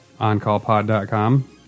OnCallPod.com